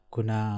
Kuna